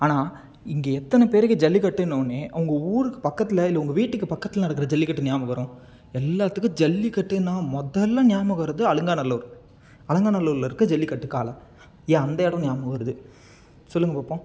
ஆனால் இங்கே எத்தனை பேருக்கு ஜல்லிக்கட்டுன்னொன்னே அவங்க ஊருக்கு பக்கத்தில் இல்லை உங்கள் வீட்டுக்குப் பக்கத்தில் நடக்கிற ஜல்லிக்கட்டு ஞாபகம் வரும் எல்லோத்துக்கும் ஜல்லிக்கட்டுன்னா முதல்ல ஞாபகம் வர்றது அலங்காநல்லூர் அலங்காநல்லூரில் இருக்க ஜல்லிக்கட்டுக் காளை ஏன் அந்த இடம் ஞாபகம் வருது சொல்லுங்கள் பார்ப்போம்